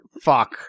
Fuck